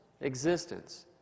existence